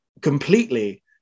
completely